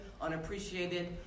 unappreciated